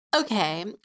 Okay